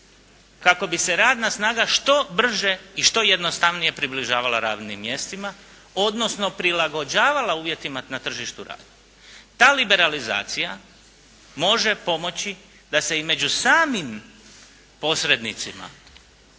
kako bi se radna snaga što brže i što jednostavnije približavala radnim mjestima, odnosno prilagođavala uvjetima na tržištu rada. Ta liberalizacija može pomoći da se i među samim posrednicima